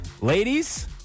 ladies